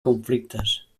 conflictes